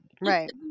right